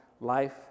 life